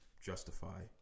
justify